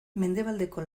mendebaldeko